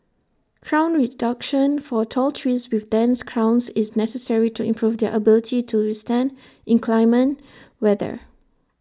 crown reduction for tall trees with dense crowns is necessary to improve their ability to withstand inclement weather